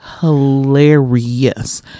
hilarious